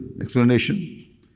explanation